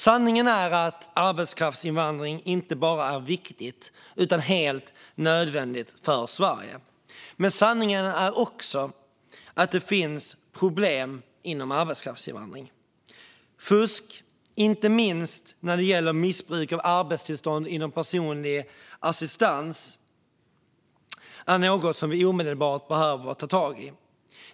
Sanningen är att arbetskraftsinvandring inte bara är viktig utan helt nödvändig för Sverige. Men sanningen är också att det finns problem inom arbetskraftsinvandring. Fusk, inte minst när det gäller missbruk av arbetstillstånd inom personlig assistans, är något som vi omedelbart behöver ta tag i.